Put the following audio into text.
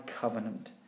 covenant